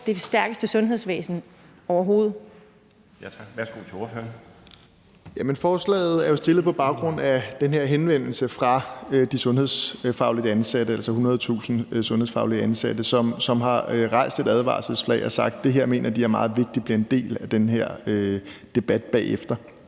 Tak. Værsgo til ordføreren. Kl. 13:09 Pelle Dragsted (EL): Jamen forslaget er jo fremsat på baggrund af den her henvendelse fra de sundhedsfagligt ansatte, altså 100.000 sundhedsfagligt ansatte, som har hejst et advarselsflag og sagt, at det her mener de er meget vigtigt bliver en del af den her debat bagefter.